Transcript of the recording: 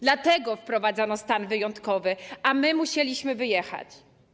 Dlatego wprowadzono stan wyjątkowy, a my musieliśmy wyjechać.